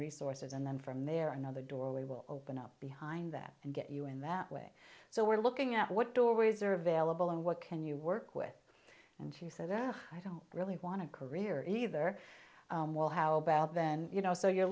resources and then from there another door we will open up behind that and get you in that way so we're looking at what doorways are available and what can you work with and she said oh i don't really want to career either well how about then you know so you're